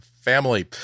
family